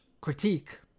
critique